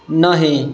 नही